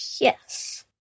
Yes